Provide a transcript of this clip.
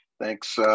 Thanks